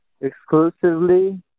exclusively